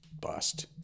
bust